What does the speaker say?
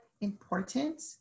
important